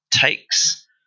takes